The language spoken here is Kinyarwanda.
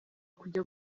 kujya